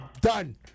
done